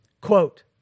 Quote